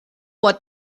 what